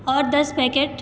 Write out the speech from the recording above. और दस पैकेट